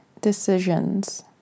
Decisions